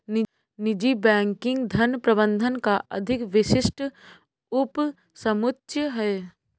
निजी बैंकिंग धन प्रबंधन का अधिक विशिष्ट उपसमुच्चय है